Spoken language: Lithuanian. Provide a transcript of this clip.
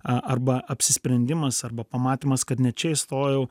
arba apsisprendimas arba pamatymas kad ne čia įstojau